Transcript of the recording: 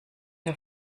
der